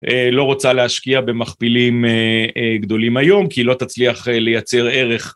לא רוצה להשקיע במכפילים גדולים היום, כי היא לא תצליח לייצר ערך.